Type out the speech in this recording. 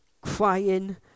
crying